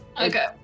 Okay